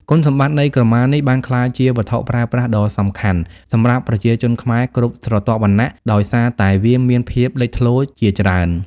គុណសម្បត្តិនៃក្រមានេះបានក្លាយជាវត្ថុប្រើប្រាស់ដ៏សំខាន់សម្រាប់ប្រជាជនខ្មែរគ្រប់ស្រទាប់វណ្ណៈ ដោយសារតែវាមានភាពលេចធ្លោជាច្រើន។